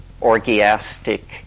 orgiastic